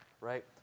right